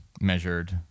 measured